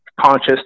conscious